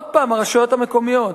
עוד פעם, הרשויות המקומיות.